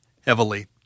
heavily